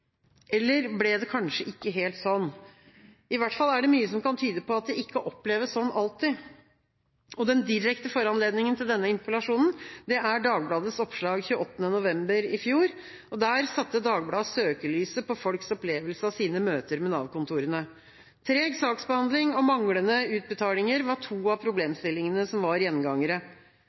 Eller ble det kanskje ikke helt sånn? I hvert fall er det mye som kan tyde på at det ikke oppleves sånn alltid. Den direkte foranledninga til denne interpellasjonen er Dagbladets oppslag 28. november i fjor. Der satte Dagbladet søkelyset på folks opplevelser av sine møter med Nav-kontorene. Treg saksbehandling og manglende utbetalinger var to av problemstillingene som var gjengangere.